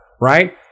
right